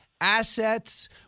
assets